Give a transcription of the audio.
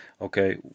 Okay